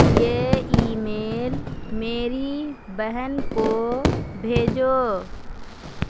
یہ email میری بہن کو بھیجو